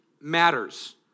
matters